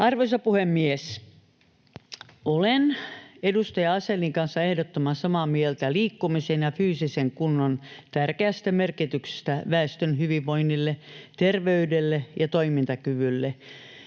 Arvoisa puhemies! Olen edustaja Asellin kanssa ehdottoman samaa mieltä liikkumisen ja fyysisen kunnon tärkeästä merkityksestä väestön hyvinvoinnille, terveydelle ja toimintakyvylle.